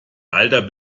alter